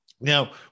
now